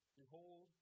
Behold